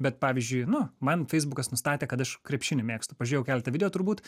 bet pavyzdžiui nu man feisbukas nustatė kad aš krepšinį mėgstu pažiūrėjau keletą video turbūt